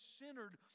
centered